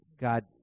God